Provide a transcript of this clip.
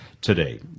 today